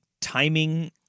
timing